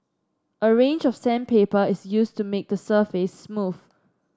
a range of sandpaper is used to make the surface smooth